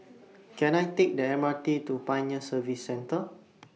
Can I Take The M R T to Pioneer Service Centre